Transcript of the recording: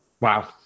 Wow